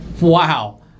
Wow